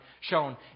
shown